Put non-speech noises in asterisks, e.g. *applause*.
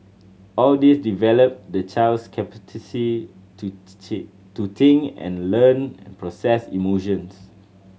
all this develop the child's capacity to *unintelligible* to think and learn process emotions